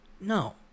No